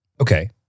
okay